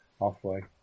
Halfway